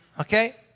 Okay